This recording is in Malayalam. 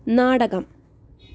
നാടകം